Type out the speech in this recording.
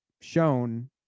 shown